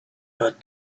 but